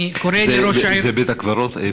אני קורא לראש העיר, איפה בית הקברות?